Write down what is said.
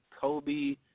Kobe